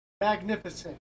magnificent